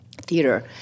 theater